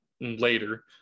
later